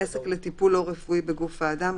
עסק לטיפול לא-רפואי בגוף האדם,